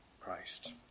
Christ